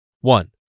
One